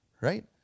right